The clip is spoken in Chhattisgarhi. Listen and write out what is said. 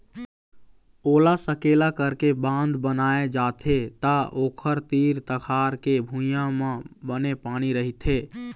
ओला सकेला करके बांध बनाए जाथे त ओखर तीर तखार के भुइंया म बने पानी रहिथे